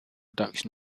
production